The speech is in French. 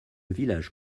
village